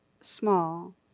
small